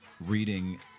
reading